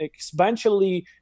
exponentially